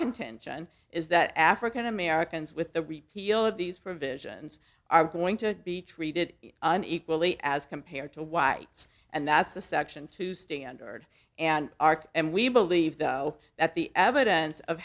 contention is that african americans with the repeal of these provisions are going to be treated equally as compared to whites and that's the section two standard and arc and we believe though that the evidence of